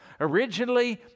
originally